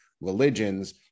religions